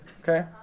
okay